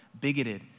bigoted